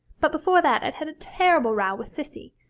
but before that i'd had a terrible row with cissy.